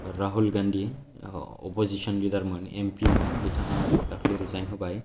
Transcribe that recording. Rahul Gandhi opposition लिडारमोन एम पिमोन बिथाङा दाखालि रिसाइन होबाय